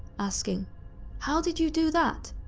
asking how did you do that?